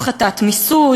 הפחת מיסוי,